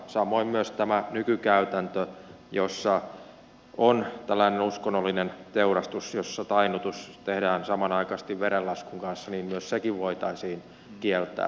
samoin myös tämä nykykäytäntö jossa on tällainen uskonnollinen teurastus jossa tainnutus tehdään samanaikaisesti verenlaskun kanssa voitaisiin kieltää